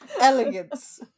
elegance